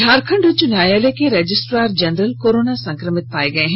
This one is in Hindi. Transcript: झारखंड उच्च न्यायालय के रजिस्ट्रार जनरल कोरोना संक्रमित पाए गए हैं